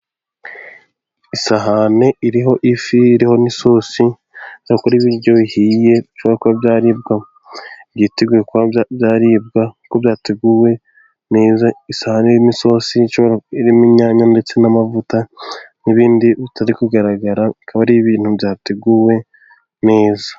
Isahani iriho ifi iriho n'isosi ubonako ari ibiryo bihiye byiteguye kuba byaribwa, kuko byateguwe neza isahani irimo isosi irimo inyanya ndetse n'amavuta, n'ibindi bitari kugaragara bikaba ari ibintu byateguwe neza.